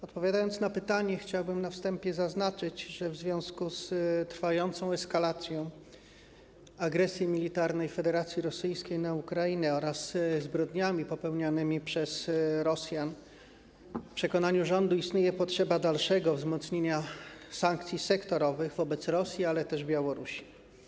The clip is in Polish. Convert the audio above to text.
Odpowiadając na pytanie, chciałbym na wstępie zaznaczyć, że w związku z trwającą eskalacją agresji militarnej Federacji Rosyjskiej na Ukrainę oraz zbrodniami popełnianymi przez Rosjan w przekonaniu rządu istnieje potrzeba dalszego wzmocnienia sankcji sektorowych wobec Rosji, ale też Białorusi.